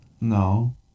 No